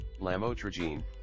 lamotrigine